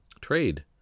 trade